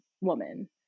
woman